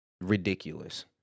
ridiculous